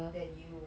than you